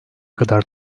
kadar